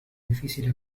difícil